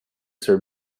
sir